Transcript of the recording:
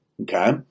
Okay